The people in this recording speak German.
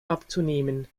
abzunehmen